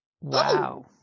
Wow